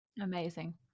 Amazing